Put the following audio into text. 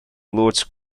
lords